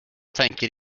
tänker